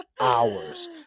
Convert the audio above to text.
hours